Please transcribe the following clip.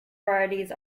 varieties